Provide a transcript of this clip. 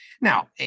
Now